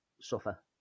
suffer